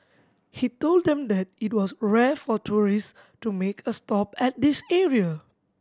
he told them that it was rare for tourist to make a stop at this area